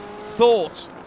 thought